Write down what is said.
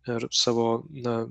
ir savo na